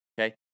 Okay